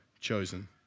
chosen